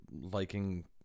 liking